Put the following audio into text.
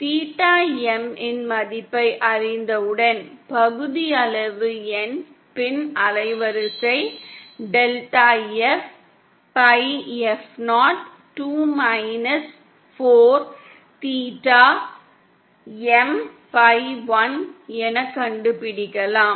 theta M இன் மதிப்பை அறிந்தவுடன் பகுதியளவு என் பின் அலைவரிசை டெல்டா F பை F 0 ஐ 2 மைனஸ் 4 தீட்டா M பை 1 எனக் கண்டுபிடிக்கலாம்